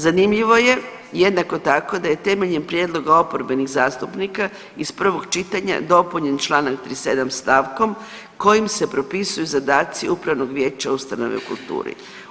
Zanimljivo je jednako tako da je temeljem prijedloga oporbenih zastupnika iz prvog čitanja dopunjen čl. 37. stavkom kojim se propisuju zadaci upravnog vijeća ustanove u kulturi.